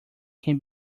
can